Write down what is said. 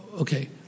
okay